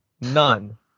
None